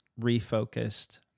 refocused